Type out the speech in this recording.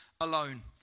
alone